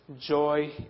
joy